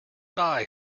bye